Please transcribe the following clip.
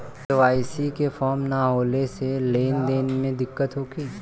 KYC के form न होले से लेन देन में दिक्कत होखी?